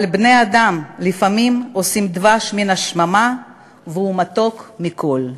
// אבל בני-אדם / לפעמים עושים דבש מן השממה / והוא מתוק מכול".